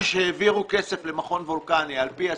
שהעבירו כסף למכון וולקני על פי הסיכום,